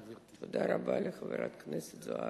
תודה רבה לחברת הכנסת זוארץ.